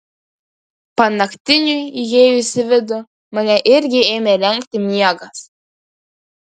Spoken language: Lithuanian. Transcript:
panaktiniui įėjus į vidų mane irgi ėmė lenkti miegas